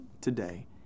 today